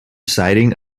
sighting